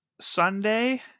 Sunday